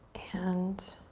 and